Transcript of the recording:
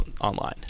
online